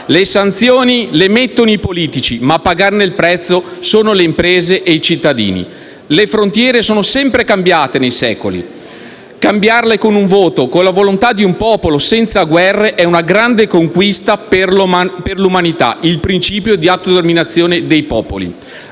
Le sanzioni le mettono i politici, ma a pagarne il prezzo sono le imprese e i cittadini. Le frontiere sono sempre cambiate nei secoli e cambiarle con un voto, con la volontà di un popolo, senza guerre, è una grande conquista per l'umanità: il principio di autodeterminazione dei popoli.